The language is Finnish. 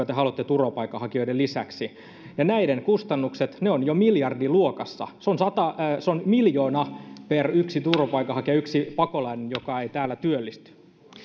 te haluatte turvapaikanhakijoiden lisäksi näiden kustannukset ovat jo miljardiluokassa se on miljoona per yksi turvapaikanhakija yksi pakolainen joka ei täällä työllisty